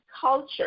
culture